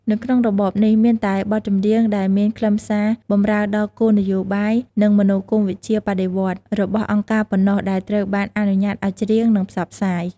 នៅក្នុងរបបនេះ មានតែបទចម្រៀងដែលមានខ្លឹមសារបម្រើដល់ គោលនយោបាយ និងមនោគមវិជ្ជាបដិវត្តន៍ របស់អង្គការប៉ុណ្ណោះដែលត្រូវបានអនុញ្ញាតឱ្យច្រៀង និងផ្សព្វផ្សាយ។